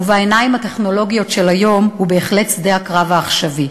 ובעיניים הטכנולוגיות של היום הוא בהחלט שדה הקרב העכשווי.